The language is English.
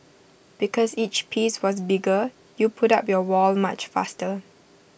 because each piece was bigger you put up your wall much faster